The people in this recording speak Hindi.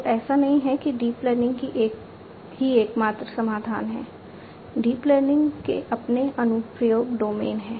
तो ऐसा नहीं है कि डीप लर्निंग ही एकमात्र समाधान है डीप लर्निंग के अपने अनुप्रयोग डोमेन हैं